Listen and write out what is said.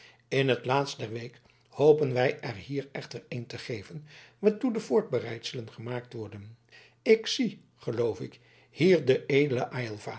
t laatst der week hopen wij er hier echter een te geven waartoe de voorbereidselen gemaakt worden ik zie geloof ik hier den